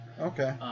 okay